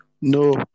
No